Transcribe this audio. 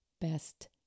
best